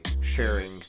sharing